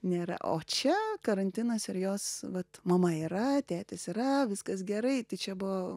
nėra o čia karantinas ir jos vat mama yra tėtis yra viskas gerai tai čia buvo